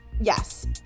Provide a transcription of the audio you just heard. Yes